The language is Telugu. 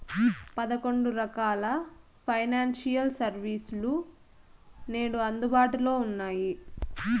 పదకొండు రకాల ఫైనాన్షియల్ సర్వీస్ లు నేడు అందుబాటులో ఉన్నాయి